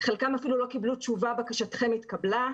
חלקן אפילו לא קיבלו תשובה: 'בקשתכם התקבלה'